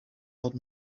old